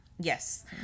Yes